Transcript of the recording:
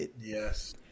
Yes